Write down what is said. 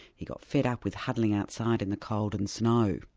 he got fed up with huddling outside in the cold and snow.